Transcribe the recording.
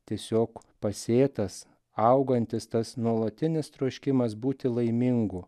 tiesiog pasėtas augantis tas nuolatinis troškimas būti laimingu